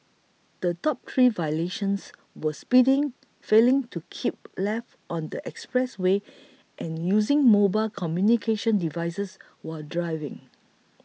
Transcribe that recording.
the top three violations were speeding failing to keep left on the expressway and using mobile communications devices while driving